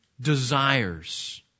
desires